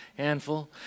handful